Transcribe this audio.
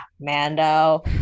Mando